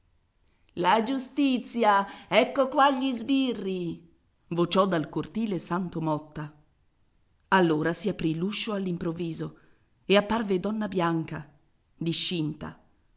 la giustizia ecco qua gli sbirri vociò dal cortile santo motta allora si aprì l'uscio all'improvviso e apparve donna bianca discinta